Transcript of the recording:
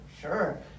Sure